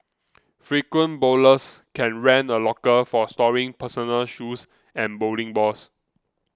frequent bowlers can rent a locker for storing personal shoes and bowling balls